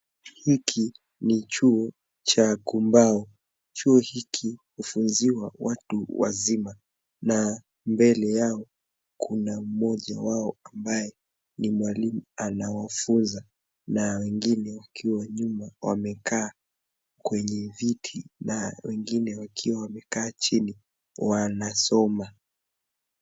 Hiki ni chuo cha kumbao, chuo hiki hufunziwa watu wazima na mbele yao kuna moja wao ambaye ni mwalimu anawafunza na wengine wakiwa nyuma wamekaa kwenye viti na wengine wakiwa wamekaa chini wanasoma.